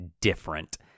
different